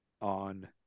on